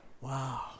Wow